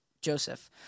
Joseph